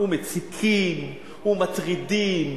ומציקים ומטרידים,